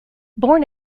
born